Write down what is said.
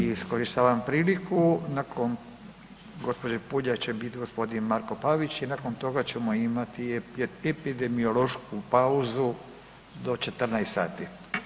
I iskorištavam priliku nakon gospođe Puljak će biti gospodin Marko Pavić i nakon toga ćemo imati epidemiološku pauzu do 14 sati.